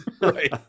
right